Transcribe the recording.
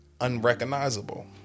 unrecognizable